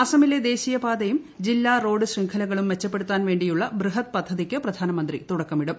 അസമിലെ ദേശ്ീീയപാതയും ജില്ലാ റോഡ് ശൃംഖലകളും മെച്ചപ്പെടുത്താൻ വ്യേണ്ടിയുള്ള ബൃഹത് പദ്ധതിക്ക് പ്രധാനമന്ത്രി തുടക്കമിടും